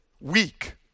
weak